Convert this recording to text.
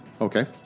Okay